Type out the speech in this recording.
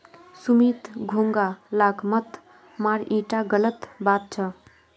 सुमित घोंघा लाक मत मार ईटा गलत बात छ